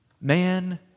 Man